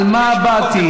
על מה באתי?